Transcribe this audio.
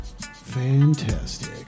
Fantastic